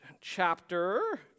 chapter